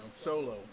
solo